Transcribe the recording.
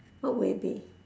what would it be